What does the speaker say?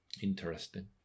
Interesting